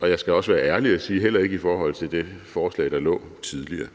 og heller ikke – skal jeg være ærlig at sige – i forhold til det forslag, der lå tidligere.